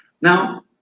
now